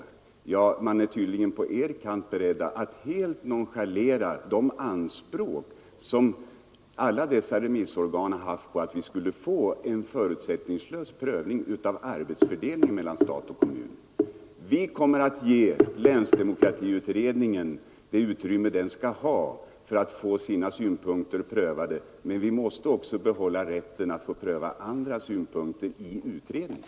På er kant är man tydligen beredd att helt nonchalera de anspråk, som alla dessa remissorgan haft på att vi skulle få en förutsättningslös prövning av arbetsfördelningen mellan stat och kommun. Vi kommer att ge länsdemokratiutredningens synpunkter det utrymme de skall ha för att få dem prövade, men vi måste också ha rätten att få pröva andra synpunkter i utredningen.